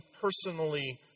personally